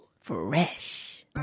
fresh